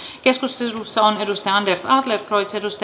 keskustelussa on anders adlercreutz